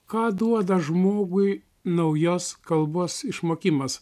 ką duoda žmogui naujos kalbos išmokimas